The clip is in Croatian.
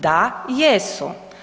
Da, jesu.